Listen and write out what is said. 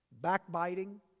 backbiting